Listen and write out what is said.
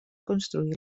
construir